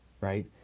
right